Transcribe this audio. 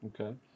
Okay